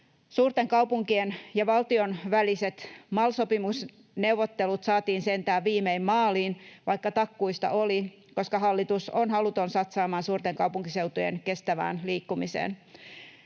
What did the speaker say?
Suurten kaupunkien ja valtion väliset MAL-sopimusneuvottelut saatiin sentään viimein maaliin, vaikka takkuista oli, koska hallitus on haluton satsaamaan suurten kaupunkiseutujen kestävään liikkumiseen.